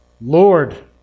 Lord